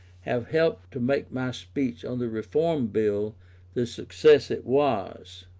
have helped to make my speech on the reform bill the success it was.